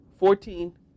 Fourteen